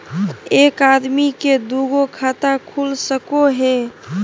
एक आदमी के दू गो खाता खुल सको है?